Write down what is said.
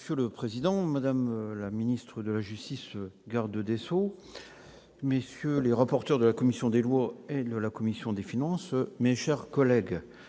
Monsieur le président, madame la garde des sceaux, messieurs les rapporteurs de la commission des lois et de la commission des finances, mes chers collègues,